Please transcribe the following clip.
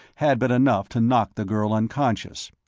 had been enough to knock the girl unconscious.